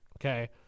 okay